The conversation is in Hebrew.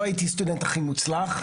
לא הייתי סטודנט הכי מוצלח,